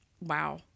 wow